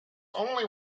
only